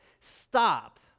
Stop